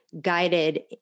guided